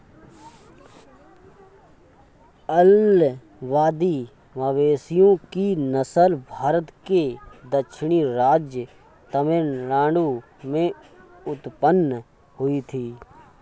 अलंबादी मवेशियों की नस्ल भारत के दक्षिणी राज्य तमिलनाडु में उत्पन्न हुई थी